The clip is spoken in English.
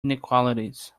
inequalities